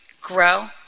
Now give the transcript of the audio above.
grow